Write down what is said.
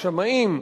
השמאים,